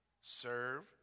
Serve